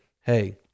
Hey